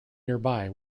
nearby